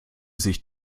sich